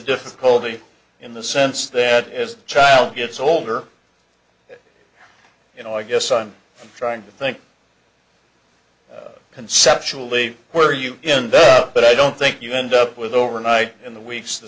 difficulty in the sense that as child gets older you know i guess i'm trying to think conceptually where you end up but i don't think you end up with overnight in the weeks the